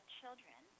children